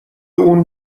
اون